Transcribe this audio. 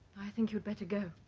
i think you'd better go